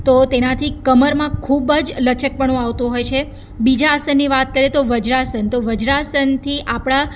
તો તેનાથી કમરમાં ખૂબ જ લચકપણું આવતું હોય છે બીજા આસનની વાત કરીયે તો વજ્રાસન તો વજ્રાસનથી આપણા